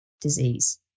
disease